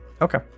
Okay